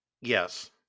Yes